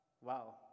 Wow